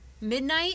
Midnight